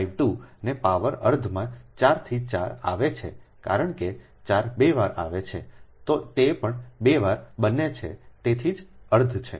03152 ને પાવર અર્ધમાં 4 થી 4 આવે છે કારણ કે 4 બે વાર આવે છે તે પણ બે વાર બને છે તેથી જ તે અર્ધ છે